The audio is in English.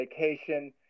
vacation